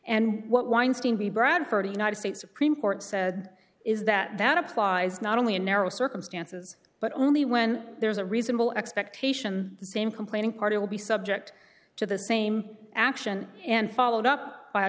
united states supreme court said is that that applies not only in narrow circumstances but only when there's a reasonable expectation the same complaining party will be subject to the same action and followed up by